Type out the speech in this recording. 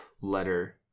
letter